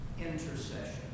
intercession